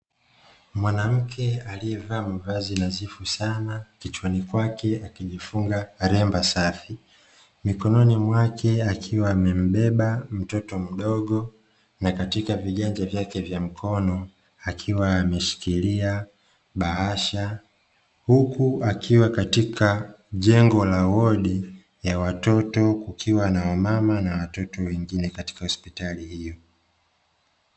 Mwanamke aliyevaa mavazi nadhifu sana, kichwani kwake akijifunga lemba safi. Mikononi mwake akiwa amembeba mtoto mdogo, na katika viganja vyake vya mkono akiwa ameshikilia bahasha, huku akiwa katika jengo la wodi ya watoto, kukiwa na wamama na watoto wengine katika hospitali hiyo.